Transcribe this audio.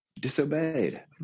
disobeyed